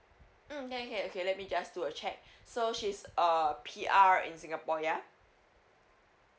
mm okay okay okay let me just do a check so she's uh P_R in singapore yeah